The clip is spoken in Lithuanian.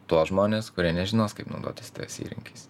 tuos žmones kurie nežinos kaip naudotis tais įrankiais